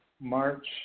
March